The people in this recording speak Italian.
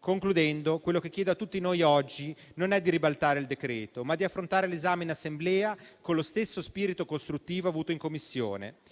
Concludendo, quello che chiedo a tutti noi oggi è non di ribaltare il disegno di legge, ma di affrontare l'esame in Assemblea con lo stesso spirito costruttivo avuto in Commissione.